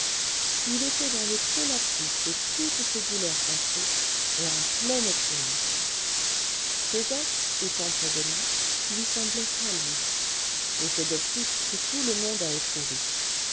il était dans le collapsus de toutes ses douleurs passées et en plein optimisme cosette étant près de lui lui semblait à lui effet d'optique que tout le monde a éprouvé